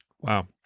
Wow